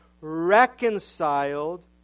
reconciled